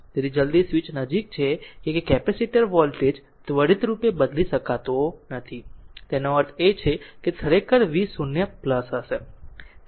તેથી જલદી સ્વીચ નજીક છે કે જે કેપેસિટર વોલ્ટેજ ત્વરિત રૂપે બદલી શકતો નથી તેનો અર્થ છે તે ખરેખર v0 હશે